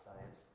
science